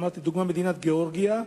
לדוגמה, אמרתי מדינת גאורגיה.